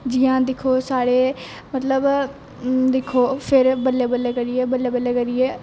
जियां दिक्खो साढ़े मतलब दिक्खो जेहडे़ बल्लें बल्लें करियै बल्लें बल्लें करियै